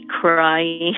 crying